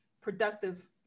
productive